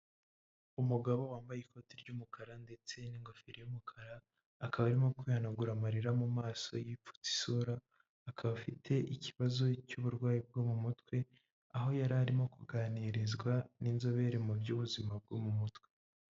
Umugabo wambaye ikoti ry'umukara ndetse n'ingofero y'umukara akaba arimo kwihanagura amarira mu maso yipfutse isura, akaba afite ikibazo cy'uburwayi bwo mu mutwe aho yari arimo kuganirizwa n'inzobere mu by'ubuzima bwo mu mutwe.